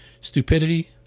Stupidity